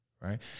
right